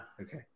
Okay